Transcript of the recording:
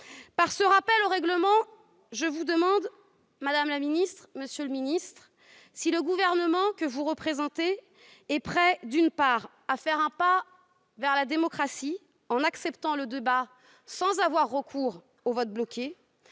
Par ce rappel au règlement, je vous demande, madame la ministre, monsieur le secrétaire d'État, d'une part, si le gouvernement que vous représentez est prêt à faire un pas vers la démocratie en acceptant le débat sans avoir recours au vote bloqué,